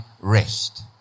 rest